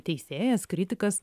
teisėjas kritikas